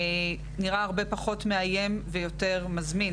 נראה הרבה פחות מאיים ויותר מזמין.